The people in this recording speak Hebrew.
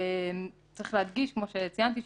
צריך להדגיש כמו שציינתי,